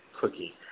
cookie